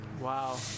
Wow